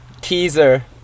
teaser